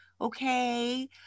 okay